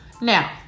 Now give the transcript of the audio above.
now